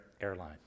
airline